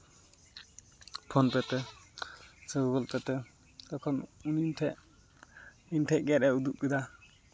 PhonePe ᱛᱮ ᱥᱮ Google pay ᱛᱮ ᱛᱚᱠᱷᱚᱱ ᱩᱱᱤ ᱴᱷᱮᱡ ᱤᱧ ᱴᱷᱮᱡ ᱜᱮ ᱟᱨᱚᱭ ᱩᱫᱩᱜ ᱠᱮᱫᱟ